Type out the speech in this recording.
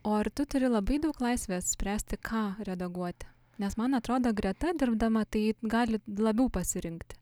o ar tu turi labai daug laisvės spręsti ką redaguoti nes man atrodo greta dirbdama tai ji gali labiau pasirinkti